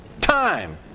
time